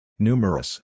Numerous